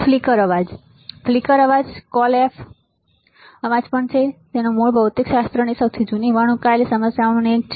flicker અવાજ ફ્લિકરઅવાજ કોલએફ અવાજ પણ છે તેનું મૂળ ભૌતિકશાસ્ત્રની સૌથી જૂની વણઉકેલાયેલી સમસ્યાઓમાંની એક છે